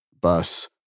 bus